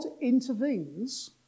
intervenes